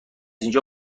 اینجا